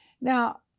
Now